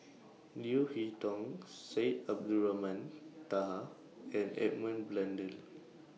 Leo Hee Tong Syed Abdulrahman Taha and Edmund Blundell